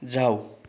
जाऊ